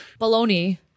baloney